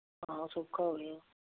ਹਾਂ ਸੌਖਾ ਹੋ ਗਿਆ